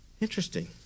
interesting